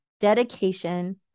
dedication